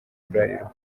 bralirwa